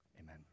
amen